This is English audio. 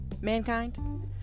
mankind